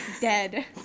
dead